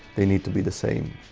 they need to be the same.